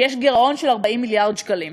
שיש גירעון של 40 מיליארד שקלים.